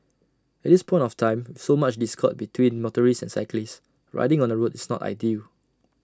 at this point of time so much discord between motorists and cyclists riding on the road is not ideal